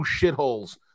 shitholes